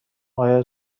آیا